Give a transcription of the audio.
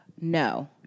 No